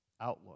outlook